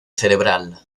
cerebral